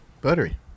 Buttery